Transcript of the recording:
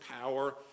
power